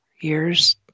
years